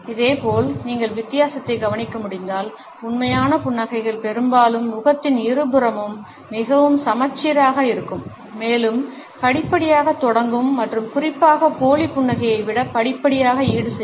இதேபோல் நீங்கள் வித்தியாசத்தை கவனிக்க முடிந்தால் உண்மையான புன்னகைகள் பெரும்பாலும் முகத்தின் இருபுறமும் மிகவும் சமச்சீராக இருக்கும் மேலும் படிப்படியாகத் தொடங்கும் மற்றும் குறிப்பாக போலி புன்னகையை விட படிப்படியாக ஈடுசெய்யும்